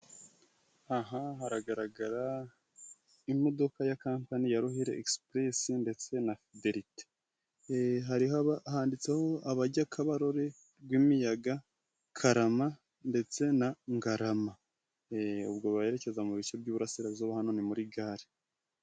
Aha haragaragara imodoka ya kampani ya Ruhire exprese ndetse na fiderite, handitseho abajya Kabarore, Rwimiyaga, Karama ndetse na Ngarama, ubwo barerekeza mu bice by'iburasirazuba hano muri gare.